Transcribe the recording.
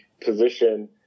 position